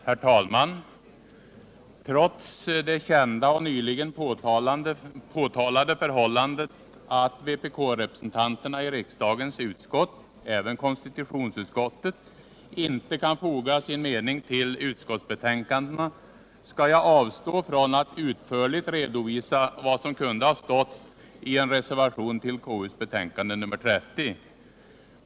Herr talman! Trots det kända och nyligen påtalade förhållandet att vpkrepresentanterna i riksdagens utskott — även i konstitutionsutskottet — inte kan foga sin mening till utskottsbetänkandena skall jag avstå från att utförligt redovisa vad som kunde ha stått i en reservation till KU:s betänkande nr 30.